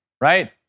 right